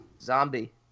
Zombie